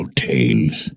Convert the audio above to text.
tales